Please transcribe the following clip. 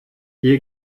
hier